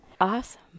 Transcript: Awesome